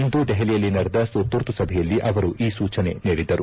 ಇಂದು ದೆಹಲಿಯಲ್ಲಿ ನಡೆದ ತುರ್ತು ಸಭೆಯಲ್ಲಿ ಅವರು ಈ ಸೂಚನೆ ನೀಡಿದರು